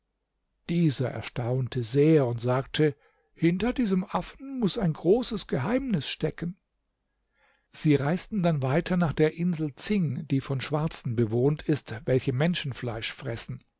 dieser erstaunte sehr und sagte hinter diesem affen muß ein großes geheimnis stecken sie reisten dann weiter nach der insel zing die von schwarzen bewohnt ist welche menschenfleisch fressen